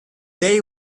they